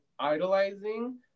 idolizing